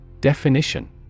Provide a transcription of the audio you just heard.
Definition